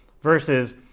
versus